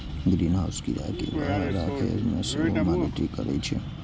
greenhouse कीड़ा कें बाहर राखै मे सेहो मदति करै छै